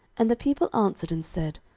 and the people answered and said,